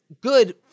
good